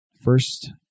First